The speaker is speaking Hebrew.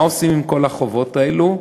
מה עושים עם כל החובות האלה?